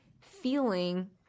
feeling